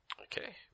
Okay